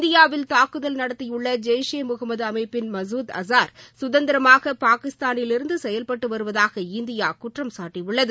இந்தியாவில் தாக்குதல் நடத்தியுள்ள ஜெய்ஷே ஈ முகமது அமைப்பின் மசூத் அஸார் சுதந்திரமாக பாகிஸ்தானிலிருந்து செயல்பட்டு வருவதாக இந்தியா குற்றம்சாட்டியுள்ளது